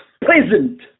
present